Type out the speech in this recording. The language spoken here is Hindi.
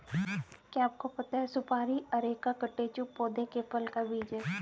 क्या आपको पता है सुपारी अरेका कटेचु पौधे के फल का बीज है?